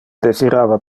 desirava